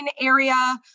area